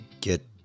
get